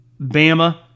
Bama